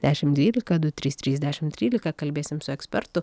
dešimt dvylika du trys trys dešimt trylika kalbėsim su ekspertu